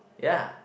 ya